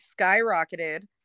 skyrocketed